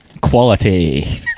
Quality